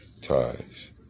ties